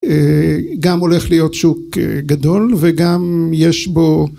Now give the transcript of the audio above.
גם הולך להיות שוק גדול וגם יש בו